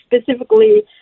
specifically